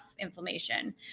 inflammation